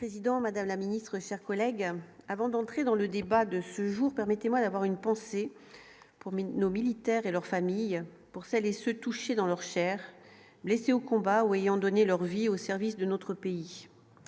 Monsieur le Président, Madame la Ministre, sert collègues avant d'entrer dans le débat de ce jour, permettez-moi d'avoir une pensée pour nos militaires et leurs familles, pour celles et ceux touchés dans leur Chair, blessé au combat ou ayant donné leur vie au service de notre pays,